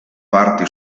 parti